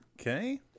Okay